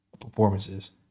performances